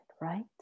right